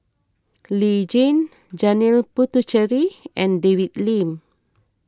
Lee Tjin Janil Puthucheary and David Lim